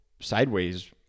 sideways